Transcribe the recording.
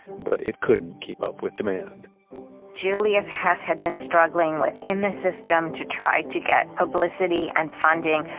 but it couldn't keep up with demand julius hess had been struggling within the system to try to get publicity and funding,